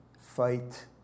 fight